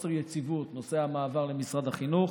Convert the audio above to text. חוסר יציבות, נושא המעבר למשרד החינוך.